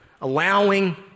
allowing